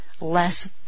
less